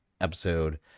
episode